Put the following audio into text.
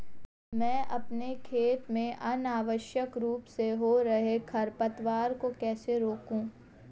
मैं अपने खेत में अनावश्यक रूप से हो रहे खरपतवार को कैसे रोकूं?